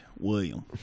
William